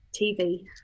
tv